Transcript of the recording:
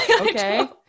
Okay